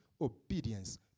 obedience